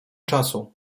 czasu